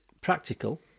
practical